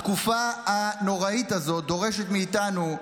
התקופה הנוראית הזאת דורשת מאיתנו,